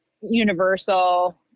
Universal